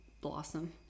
blossom